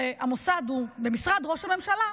המוסד הוא במשרד ראש הממשלה,